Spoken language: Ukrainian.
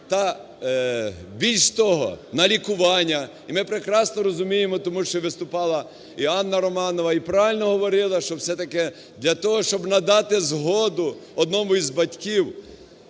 та більш того на лікування. І ми прекрасно розуміємо тому що виступала і Анна Романова, і правильно говорила, що все-таки для того, щоб надати згоду одному із батьків,